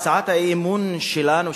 הצעת האי-אמון שלנו,